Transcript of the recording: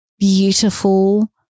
Beautiful